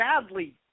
sadly